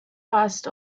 past